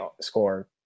score